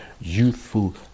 youthful